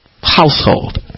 household